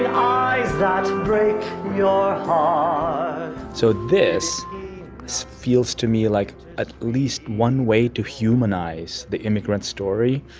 eyes that break your ah so this feels to me like at least one way to humanize the immigrant story.